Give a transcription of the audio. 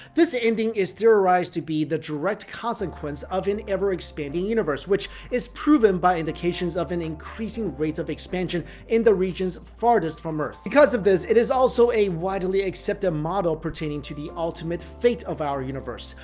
this ending is theorized to be the direct consequence of an ever-expanding universe, which is proven by indications of an increasing rate of expansion in the regions farthest from earth. because of this, it is also a widely-accepted model pertaining to the ultimate fate of our universe.